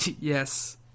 Yes